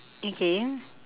okay